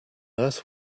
earth